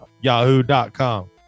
Yahoo.com